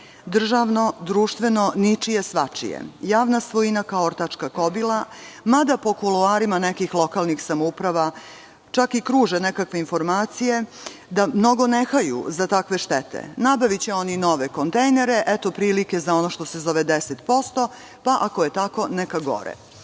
državno, društveno, ničije, svačije, javna svojina kao ortačka kobila, mada po kuloarima nekih lokalnih samouprava čak i kruže nekakve informacije da ne haju mnogo za takve štete. Nabaviće oni nove kontejnere, eto prilike za ono što se zove 10%, pa ako je tako, neka gore. Mnogi